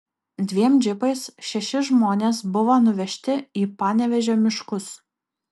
dviem džipais šeši žmonės buvo nuvežti į panevėžio miškus